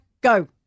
go